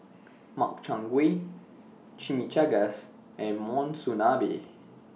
Makchang Gui Chimichangas and Monsunabe